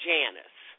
Janice